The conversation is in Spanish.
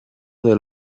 del